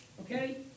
Okay